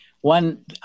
One